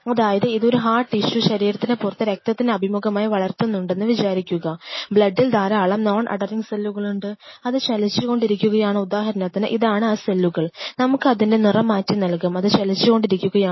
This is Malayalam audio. അതായത് ഇത് ഒരു ഹാർഡ് ടിഷ്യു ശരീരത്തിന് പുറത്ത് രക്തത്തിന് അഭിമുഖമായി വളർത്തുന്നുണ്ടെന്നു വിചാരിക്കുക ബ്ലഡ്ഡിൽ ധാരാളം നോൺ അധെറിങ് സെല്ലുകളുണ്ട് അത് ചലിച്ചു കൊണ്ടിരിക്കുകയാണ് ഉദാഹരണത്തിന് ഇതാണ് ആ സെല്ലുകൾ നമുക്ക് അതിൻറെ നിറം മാറ്റി നൽകാം അത് ചലിച്ചുകൊണ്ടിരിക്കുകയാണ്